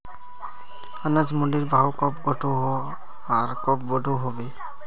अनाज मंडीर भाव कब घटोहो आर कब बढ़ो होबे?